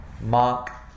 mark